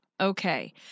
Okay